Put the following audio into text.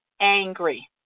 angry